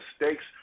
mistakes